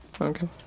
Okay